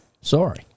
Sorry